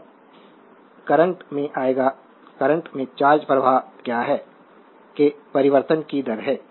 slide समय देखें 1420 तब करंट में आएगा करंट में चार्ज प्रवाह क्या है के परिवर्तन की दर है